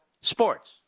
sports